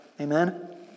Amen